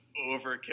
overkill